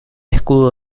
escudo